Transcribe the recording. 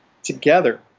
Together